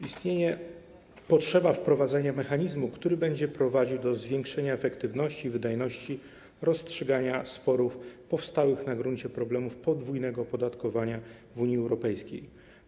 Istnieje potrzeba wprowadzenia mechanizmu, który będzie prowadził do zwiększenia efektywności i wydajności rozstrzygania sporów powstałych na gruncie problemu podwójnego opodatkowania w Unii Europejskiej.